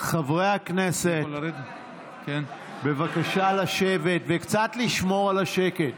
חברי הכנסת, בבקשה לשבת וקצת לשמור על השקט.